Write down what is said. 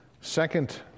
second